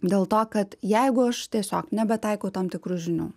dėl to kad jeigu aš tiesiog nebetaikau tam tikrų žinių